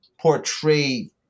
portray